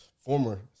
former